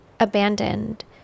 abandoned